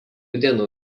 dienų